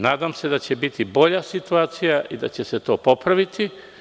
Nadam se da će biti bolja situacija i da će se to popraviti.